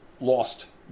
lost